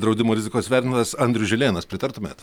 draudimo rizikos vertintojas andrius žilėnas pritartumėt